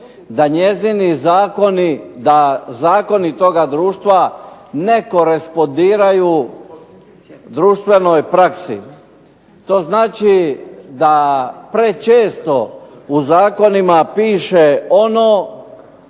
da njezini zakoni, da zakoni toga društva ne korespondiraju društvenoj praksi. To znači da prečesto u zakonima piše ono